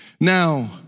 Now